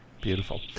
Beautiful